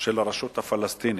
של הרשות הפלסטינית.